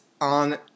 on